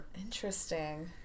Interesting